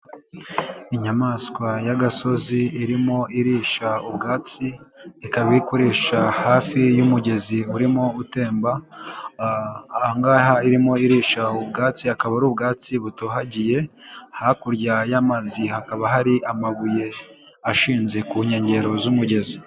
Inyamaswa y'agasozi irimo irisha ubwatsi, ikaba iri kurisha hafi y'umugezi urimo utemba, aha irimo irisha ubwatsi akaba ari ubwatsi butohagiye, hakurya y'amazi hakaba hari amabuye ashinze ku nkengero z'umugezi.